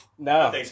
No